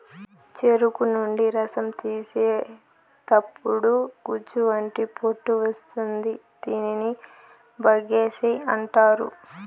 చెరుకు నుండి రసం తీసేతప్పుడు గుజ్జు వంటి పొట్టు వస్తుంది దీనిని బగస్సే అంటారు